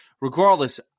Regardless